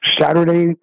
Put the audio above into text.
Saturday